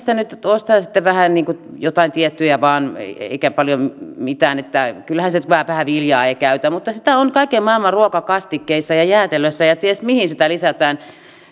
se nyt ostaa sitten vähän niin kuin jotain tiettyjä vain eikä siinä paljon mitään ole että kyllähän se nyt siitä kun viljaa ei käytä mutta sitä on kaiken maailman ruokakastikkeissa ja ja jäätelöissä ja ties mihin sitä lisätään